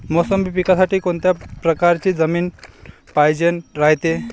मोसंबी पिकासाठी कोनत्या परकारची जमीन पायजेन रायते?